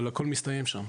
אבל הכול מסתיים שם,